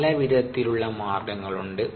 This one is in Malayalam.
പല വിധത്തിലുള്ള മാർഗങ്ങൾ ഉണ്ട്